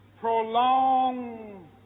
prolong